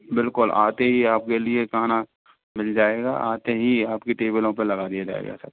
बिल्कुल आते ही आपके लिए खाना मिल जाएगा आते ही आपकी टेबलों पर लगा दिया जाएगा सर